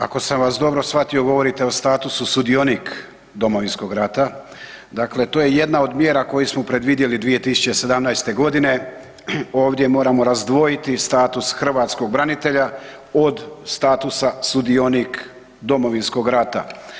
Ako sam vas dobro shvatio govorite o statusu sudionik Domovinskog rata, dakle to je jedna od mjera koje smo predvidjeli 2017.g. ovdje moramo razdvojiti status hrvatskog branitelja od statusa sudionik Domovinskog rata.